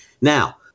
Now